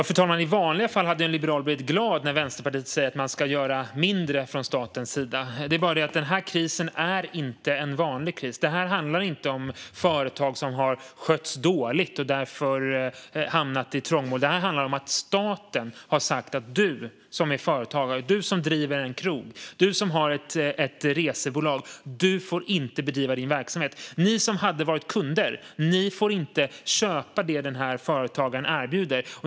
Fru talman! I vanliga fall hade en liberal blivit glad när Vänsterpartiet säger att staten ska göra mindre. Det är bara det att den här krisen inte är en vanlig kris. Det här handlar inte om företag som har skötts dåligt och därför hamnat i trångmål. Det här handlar om att staten har sagt att du som är företagare, du som driver en krog eller har ett resebolag - du får inte bedriva din verksamhet. Ni som har varit kunder får inte köpa det den här företagaren erbjuder.